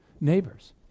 neighbors